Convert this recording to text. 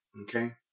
Okay